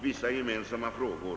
Vissa gemensamma frågor